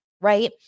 right